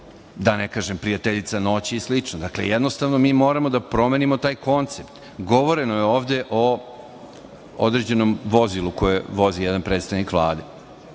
da ne kažem prijateljica noći i sl. Dakle, jednostavno mi moramo da promenimo taj koncept. Govoreno je ovde o određenom vozilu koje vozi jedan predstavnik Vlade.